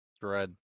Dread